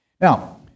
Now